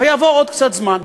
ויעבור עוד קצת זמן?